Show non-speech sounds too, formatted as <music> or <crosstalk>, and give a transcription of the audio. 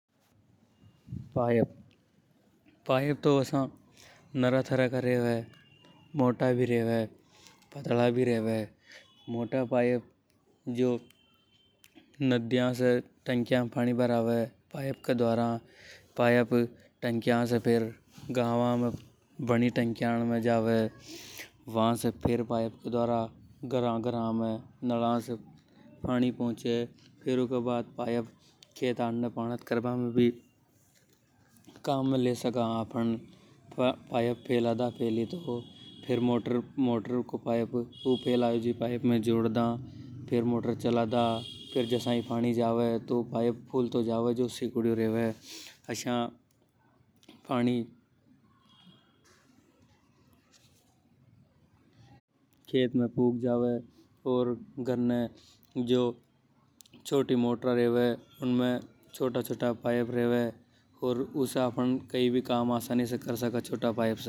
Pipe, pipe नरा तरह का रेवे, पाइप मोटा भी रेवे छोटा भी रेवे। मोटा पाइप जिसे नदिया से <noise> टंकिया में पानी भरावे। <unintelligible> वा से फेर पाइप के द्वारा घरा धारा में नला से जावे। फेर ऊके बाद पाइप <hesitation> खेता ने पाणत कर बा करने भी काम ले सका। <unintelligible> फेर मोटर चला दा फेर जसा ही पानी जावे अर ऊ पाइप फूलतो जावे। आसा फणी <hesitation> खेत में पग जावे। गन्ने जो छोटी मोटरा रेवे जीमे छोटा पाइप रेवे। <noise> जिसे आफ़न कई भी काम ले सका।